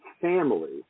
family